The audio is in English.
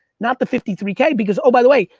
not the fifty three k because, oh, by the way,